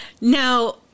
Now